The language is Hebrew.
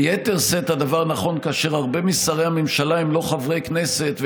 ביתר שאת הדבר נכון כאשר הרבה משרי הממשלה הם לא חברי כנסת,